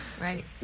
Right